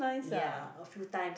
ya a few times